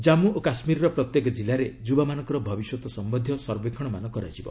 ଜାମ୍ମୁ ଓ କାଶ୍ମୀରର ପ୍ରତ୍ୟେକ ଜିଲ୍ଲାରେ ଯୁବାମାନଙ୍କର ଭବିଷ୍ୟତ ସମ୍ଭନ୍ଧୀୟ ସର୍ବେକ୍ଷଣମାନ କରାଯିବ